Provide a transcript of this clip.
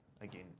again